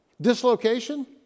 dislocation